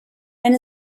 and